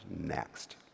next